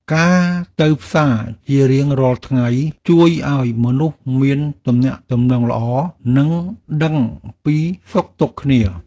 ការទៅផ្សារជារៀងរាល់ថ្ងៃជួយឱ្យមនុស្សមានទំនាក់ទំនងល្អ និងដឹងពីសុខទុក្ខគ្នា។